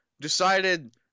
decided